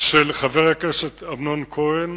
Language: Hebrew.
של חבר הכנסת אמנון כהן